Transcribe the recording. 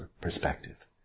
perspective